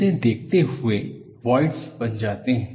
इसे देखते हुए वॉइडस बन जाते है